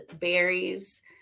berries